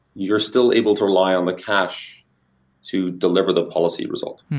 you're still able to rely on the cache to deliver the policy results